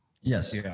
Yes